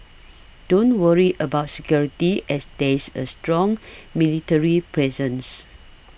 don't worry about security as there's a strong military presence